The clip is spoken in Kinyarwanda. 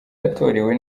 yatorewe